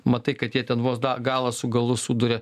matai kad jie ten vos da galą su galu suduria